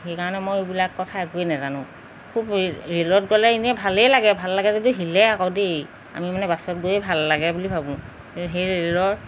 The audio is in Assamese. সেইকাৰণে মই এইবিলাক কথা একোৱেই নাজানোঁ খুব ৰে ৰেলত গ'লে এনে ভালেই লাগে ভাল লাগে যদিও হিলে আকৌ দেই আমি মানে বাছত গৈয়ে ভাল লাগে বুলি ভাবোঁ কিন্তু সেই ৰেলৰ